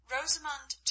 Rosamund